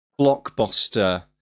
blockbuster